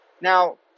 Now